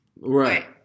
Right